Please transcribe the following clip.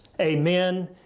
Amen